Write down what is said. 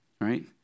right